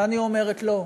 ואני אומרת לו: